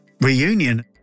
reunion